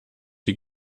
sie